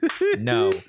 no